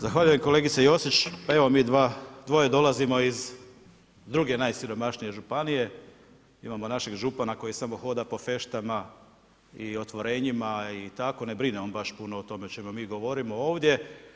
Zahvaljujem kolegice Josić, pa evo mi dvoje dolazimo iz druge najsiromašnije županije, imamo našeg župana koji samo hoda po feštama i otvorenjima i tako, ne brine on baš puno o tome o čemu mi govorimo ovdje.